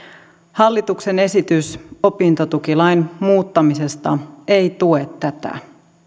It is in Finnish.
hallituksen esitys opintotukilain muuttamisesta ei tue tätä